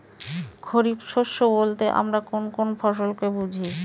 খরিফ শস্য বলতে আমরা কোন কোন ফসল কে বুঝি?